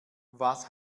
was